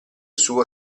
suo